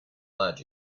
lad